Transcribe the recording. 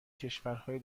کشورهای